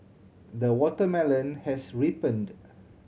the watermelon has ripened